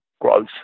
growth